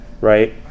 right